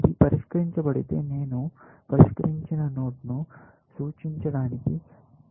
ఇది పరిష్కరించబడితే నేను పరిష్కరించిన నోడ్ను సూచించడానికి డబుల్ సర్కిల్ని ఉపయోగిస్తాను